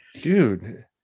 Dude